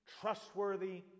trustworthy